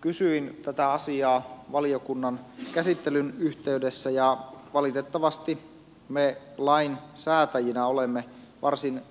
kysyin tätä asiaa valiokunnan käsittelyn yhteydessä ja valitettavasti me lainsäätäjinä olemme varsin